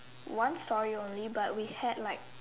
one storey only but we had like